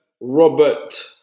Robert